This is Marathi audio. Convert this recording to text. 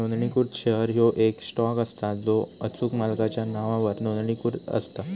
नोंदणीकृत शेअर ह्यो येक स्टॉक असता जो अचूक मालकाच्या नावावर नोंदणीकृत असता